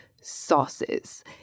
sauces